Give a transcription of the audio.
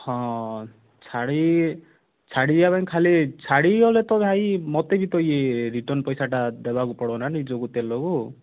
ହଁ ଛାଡ଼ି ଛାଡ଼ି ଯିବା ପାଇଁ ଖାଲି ଛାଡ଼ି ଗଲେ ତ ଭାଇ ମୋତେ ବି ତ ଇଏ ରିଟର୍ନ୍ ପଇସାଟା ଦେବାକୁ ପଡ଼ିବ ନା ନିଜକୁ ତେଲକୁ